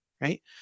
right